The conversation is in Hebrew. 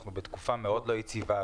אנחנו בתקופה מאוד לא יציבה.